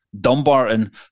Dumbarton